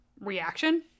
reaction